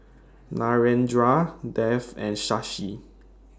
Narendra Dev and Shashi